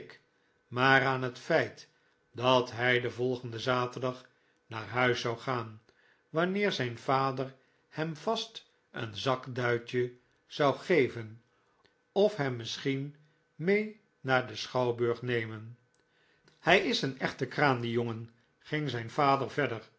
maar aan het feit dat hij den volgenden zaterdag naar huis zou gaan wanneer zijn vader hem vast een zakduitje zou geven of hem misschien mee naar den schouwburg nemen hij is een echte kraan die jongen ging zijn vader verder